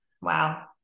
Wow